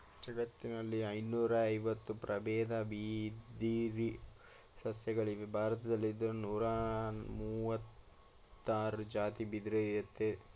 ಜಗತ್ತಿನಲ್ಲಿ ಐನೂರಐವತ್ತು ಪ್ರಬೇದ ಬಿದಿರು ಸಸ್ಯಗಳಿವೆ ಭಾರತ್ದಲ್ಲಿ ನೂರಮುವತ್ತಾರ್ ಜಾತಿ ಬಿದಿರಯ್ತೆ